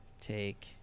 take